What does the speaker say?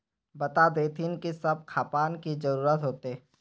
बता देतहिन की सब खापान की जरूरत होते?